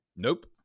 Nope